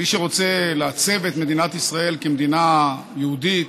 מי שרוצה לעצב את מדינת ישראל כמדינה יהודית,